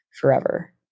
forever